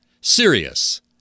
Serious